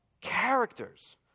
characters